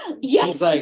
Yes